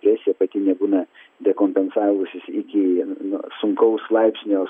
depresija pati nebūna dekompensavusis iki sunkaus laipsnio